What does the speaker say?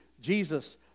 Jesus